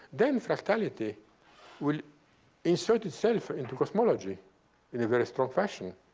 then fractality will insert itself into cosmology and a very strong fashion.